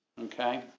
Okay